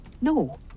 No